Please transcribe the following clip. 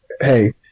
hey